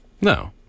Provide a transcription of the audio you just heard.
No